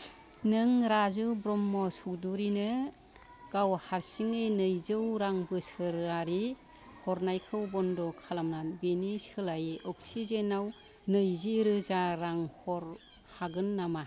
नों राजु ब्रह्म' चौधुरिनो गाव हारसिङै नैजौ रां बोसोरारि हरनायखौ बन्द' खालामना बेनि सोलायै अक्सिजेनआव नैजि रोजा रां हर हागोन नामा